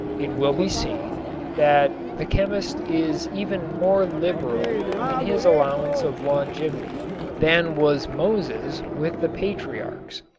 it will be seen that the chemist is even more liberal in his allowance of longevity than was moses with the patriarchs.